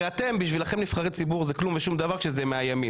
הרי אתם בשלכם נבחרי ציבור זה כלום ושום דבר כזה מהימין,